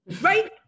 Right